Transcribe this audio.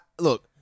look